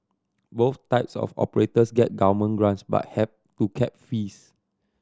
both types of operators get government grants but have to cap fees